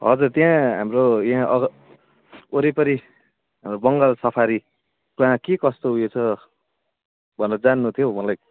हजुर त्यहाँ हाम्रो यहाँ अग वरिपरि बङ्गाल सफारी कहाँ के कस्तो उयो छ भनेर जान्नु थियो हौ मलाई